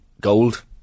gold